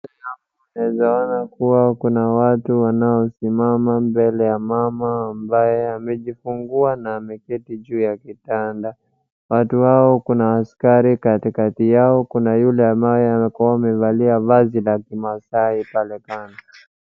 Naweza ona kuwa kuna watu wanaosimama mbele ya mama ambaye amejifungua na ameketi juu ya kitanda. Watu hao kuna askari kati kati yao kuna yule ambaye anakuwa amevalia vazi la kimaasai pale kando.